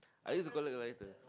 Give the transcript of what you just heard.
I used to collect lighter